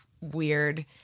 weird